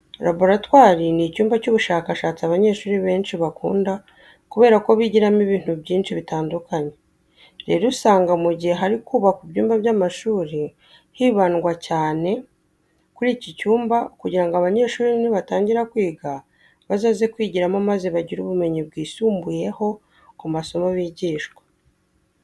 Laboratwari ni icyumba cy'ubushakashatsi abanyeshuri benshi bakunda kubera ko bigiramo ibintu byinshi bitandukanye. Rero usanga mu gihe hari kubakwa ibyumba by'amashuri hibandwa cyane kuri iki cyumba kugira ngo abanyeshuri nibatangira kwiga bazaze kwigiramo maze bagire ubumenyi bwisumbuyeho ku masomo bigishwa.